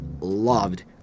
loved